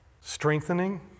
strengthening